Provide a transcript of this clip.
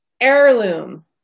heirloom